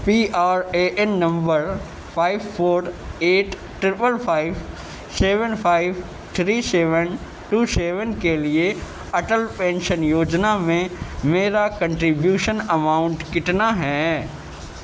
P R A N number five four eight triple five seven five three seven two seven کے لیے Atal pension Yojana میں میرا contribution amount کتنا ہے